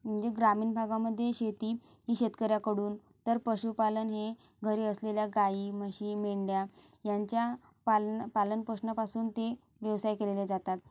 म्हणजे ग्रामीण भागामध्ये शेती ही शेतकऱ्याकडून तर पशुपालन हे घरी असलेल्या गाई म्हशी मेंढ्या यांच्या पालन पालन पोषणापासून ती व्यवसाय केलेल्या जातात